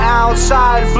outside